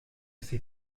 sais